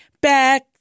back